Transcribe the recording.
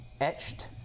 etched